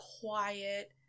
quiet